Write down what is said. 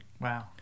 Wow